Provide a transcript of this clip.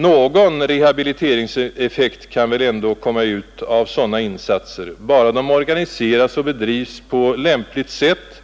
Någon 159 rehabiliteringseffekt kan väl ändå komma ut av sådana insatser, bara de organiseras och bedrivs på lämpligt sätt,